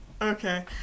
Okay